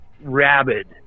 rabid